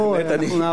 לא נעכב.